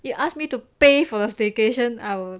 you asked me to pay for your vacation I will